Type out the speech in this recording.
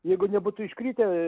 jeigu nebūtų iškritę